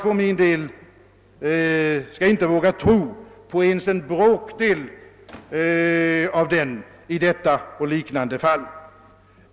För min del vågar jag inte ens tro på en bråkdel av den i detta och liknande fall.